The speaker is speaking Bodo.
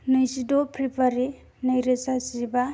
नैजिद' फेब्रुवारि नैरोजा जिबा